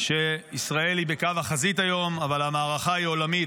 שישראל היא בקו החזית היום אבל המערכה היא עולמית.